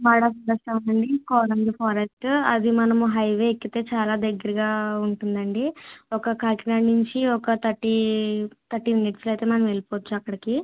మడా ఫారెస్టా ఉందండి కోరంగి ఫారెస్ట్ అది మనము హైవే ఎక్కితే చాలా దగ్గరగా ఉంటుంది అండి ఒక కాకినాడ నుంచి ఒక థర్టీ థర్టీ మినిట్స్లో అయితే మనము వెళ్ళిపోవచ్చు అక్కడికి